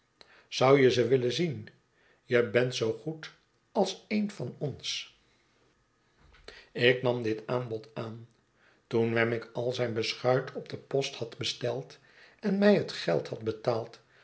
zou je ze willen zien je bent zoogoed als een van ons ik nam dit aanbod aan toen wemmick al zijne beschuit op de post had besteld en mij het geld had betaald